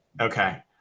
okay